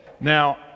Now